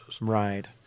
Right